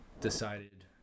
decided